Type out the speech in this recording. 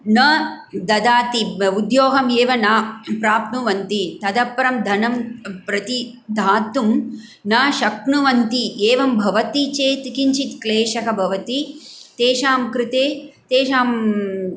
न ददाति उद्योगम् एव न प्राप्नुवन्ति ततःपरं धनं प्रतिदात्तुं न शक्नुवन्ति एवं भवति चेत् किञ्चित् क्लेशः भवति तेषां कृते तेषां